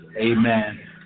Amen